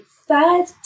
third